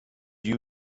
you